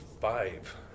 five